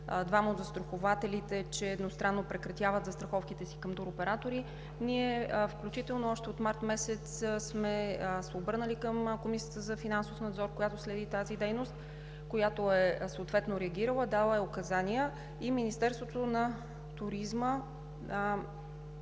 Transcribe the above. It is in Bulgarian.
двама от застрахователите, че едностранно прекратяват застраховките си към туроператори, още от март месец сме се обърнали към Комисията за финансов надзор, която следи тази дейност, съответно е реагирала и е дала указания, а Министерството на туризма